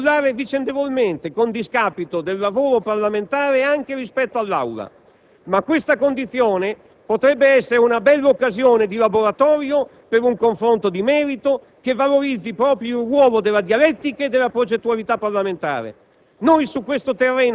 Ci si può annullare vicendevolmente, con discapito del lavoro parlamentare ed anche rispetto all'Assemblea; ma questa condizione potrebbe essere una bella occasione di laboratorio per un confronto di merito che valorizzi proprio il ruolo della dialettica e della progettualità parlamentare.